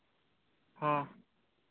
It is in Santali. ᱦᱳᱭ